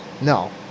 No